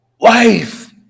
wife